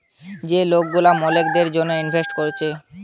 যে লোক গুলা মক্কেলদের জন্যে ইনভেস্ট কোরছে